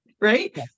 Right